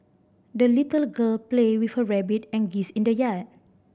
the little girl played with her rabbit and geese in the yard